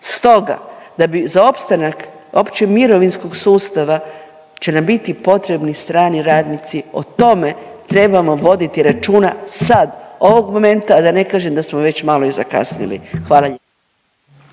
Stoga da bi za opstanak opće mirovinskog sustava će nam biti potrebni strani radnici. O tome trebamo voditi računa sad ovog momenta, a da ne kažem da smo već malo i zakasnili. Hvala lijepo.